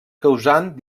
causant